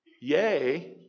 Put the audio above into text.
Yay